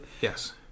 Yes